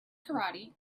karate